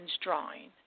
drawing